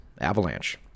Avalanche